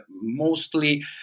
mostly